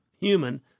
Human